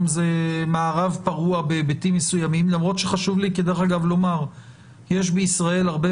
זה מערב פרוע בהיבטים מסוימים למרות שחשוב לי לומר שיש בישראל הרבה